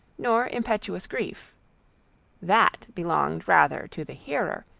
nor impetuous grief that belonged rather to the hearer,